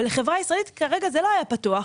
לחברה ישראלית כרגע זה לא היה פתוח.